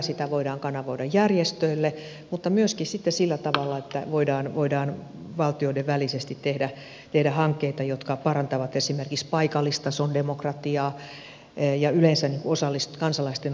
sitä voidaan kanavoida järjestöille mutta myöskin sitten sillä tavalla että voidaan valtioiden välisesti tehdä hankkeita jotka parantavat esimerkiksi paikallistason demokratiaa ja yleensä kansalaisten osallistumista päätöksentekoon